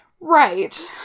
Right